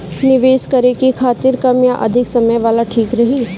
निवेश करें के खातिर कम या अधिक समय वाला ठीक रही?